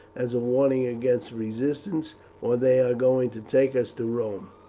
as a warning against resistance, or they are going to take us to rome.